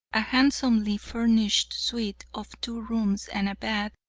a handsomely furnished suite of two rooms and a bath,